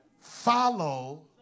Follow